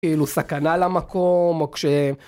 כאילו, סכנה למקום, או כשהם...